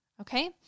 okay